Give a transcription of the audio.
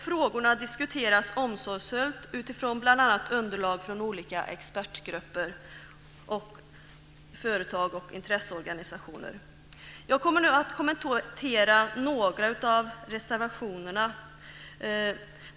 Frågorna diskuteras omsorgsfullt utifrån bl.a. underlag från olika expertgrupper, företag och intresseorganisationer. Jag kommer nu att kommentera några av reservationerna.